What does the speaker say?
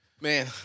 Man